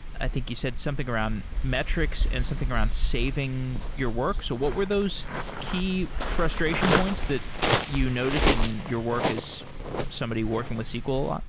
i think you said something around metrics and something around saving your work. so what were those key frustration points that you noticed in your work as somebody working with sql a lot?